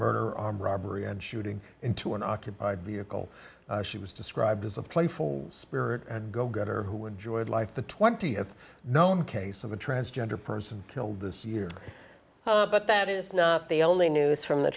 murder armed robbery and shooting into an occupied vehicle she was described as a playful spirit and go getter who enjoyed life the th known case of a transgender person killed this year but that is not the only news from the